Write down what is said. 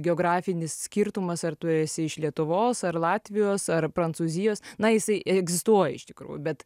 geografinis skirtumas ar tu esi iš lietuvos ar latvijos ar prancūzijos na jisai egzistuoja iš tikrųjų bet